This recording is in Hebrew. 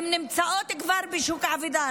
הן כבר נמצאות בשוק העבודה.